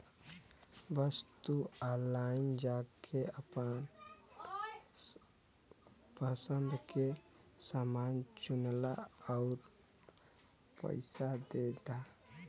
बस तू ऑनलाइन जाके आपन पसंद के समान चुनला आउर पइसा दे दा